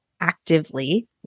actively